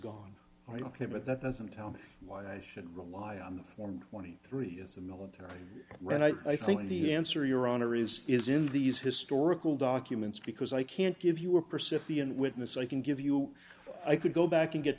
gone i don't have it that doesn't tell me why i should rely on the form twenty three is a military right i think the answer your honor is is in these historical documents because i can't give you a percipient witness i can give you i could go back and get